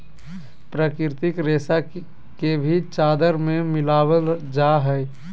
प्राकृतिक रेशा के भी चादर में मिलाबल जा हइ